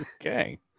Okay